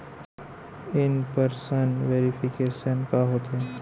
In person verification का होथे?